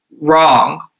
wrong